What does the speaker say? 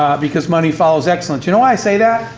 because money follows excellence. you know i say that?